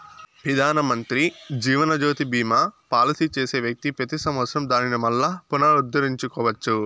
పెదానమంత్రి జీవనజ్యోతి బీమా పాలసీ చేసే వ్యక్తి పెతి సంవత్సరం దానిని మల్లా పునరుద్దరించుకోవచ్చు